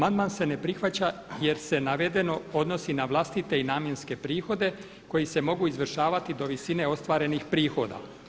Amandman se ne prihvaća jer se navedeno odnosi na vlastite i namjenske prihode koji se mogu izvršavati do visine ostvarenih prihoda.